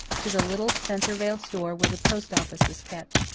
to the little spencervale store where the post-office was kept.